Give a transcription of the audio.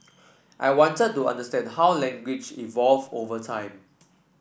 I wanted to understand how language evolved over time